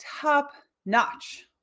top-notch